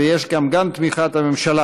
ויש כאן גם את תמיכת הממשלה.